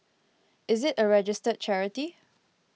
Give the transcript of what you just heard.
is it a registered charity